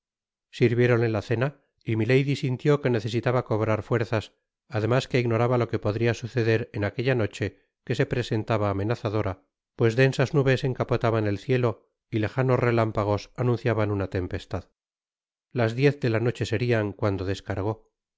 corazon sirviéronle la cena y milady sintió que necesitaba cobrar fuerzas además que ignoraba lo que podria suceder en aquella noche que se presentaba amenazadora pues densas nubes encapotaban el cielo y lejanos relámpagos anunciaban una tempestad las diez de la noche serian cuando descargó